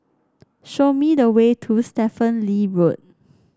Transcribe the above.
show me the way to Stephen Lee Road